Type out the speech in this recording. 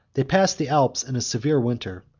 they passed the alps in a severe winter.